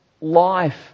life